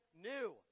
new